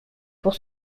pour